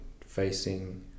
facing